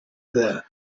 there